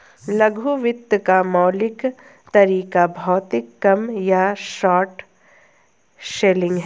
लघु वित्त का मौलिक तरीका भौतिक कम या शॉर्ट सेलिंग है